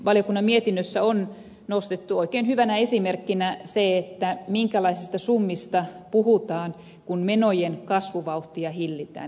valiokunnan mietinnössä on nostettu oikein hyvänä esimerkkinä se minkälaisista summista puhutaan kun menojen kasvuvauhtia hillitään